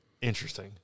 interesting